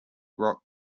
rock